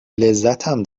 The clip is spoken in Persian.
لذتم